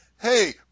Hey